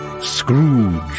Scrooge